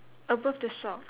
above the sock